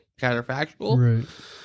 counterfactual